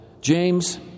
James